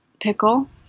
pickle